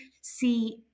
see